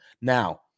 Now